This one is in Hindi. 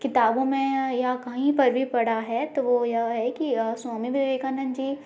किताबों में या कहीं पर भी पढ़ा है तो वो यह है कि स्वामी विवेकानंद जी